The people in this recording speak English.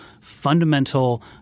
fundamental